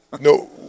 no